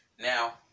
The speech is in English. Now